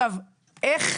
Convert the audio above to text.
בדיוק.